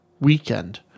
weekend